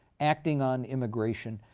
acting on immigration.